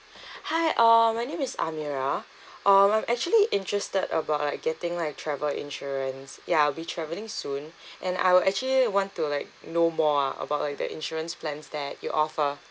hi uh my name is amirah um I'm actually interested about like getting like travel insurance ya I'll be travelling soon and I will actually want to like know more ah about like the insurance plans that you offer